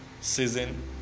season